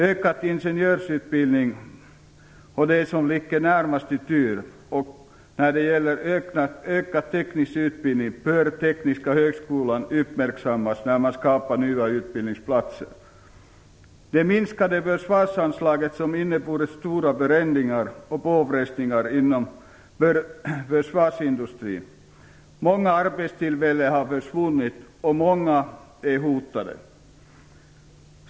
Ökad ingenjörsutbildning är det som står närmast i tur. När det gäller ökad teknisk utbildning bör Tekniska högskolan uppmärksammas när man skapar nya utbildningsplatser. Det minskade försvarsanslaget har inneburit stora förändringar och påfrestningar inom försvarsindustrin. Många arbetstillfällen har försvunnit, och många är hotade.